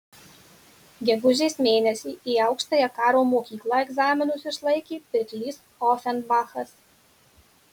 gegužės mėnesį į aukštąją karo mokyklą egzaminus išlaikė pirklys ofenbachas